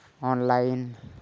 online